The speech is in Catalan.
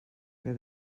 que